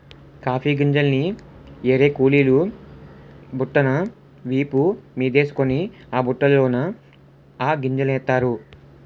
coffee గింజల్ని ఏరే కూలీలు బుట్టను వీపు మీదేసుకొని ఆ బుట్టలోన ఆ గింజలనేస్తారు